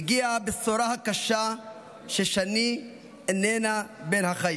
הגיעה הבשורה הקשה ששני איננה בין החיים.